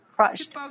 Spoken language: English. crushed